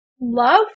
love